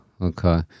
okay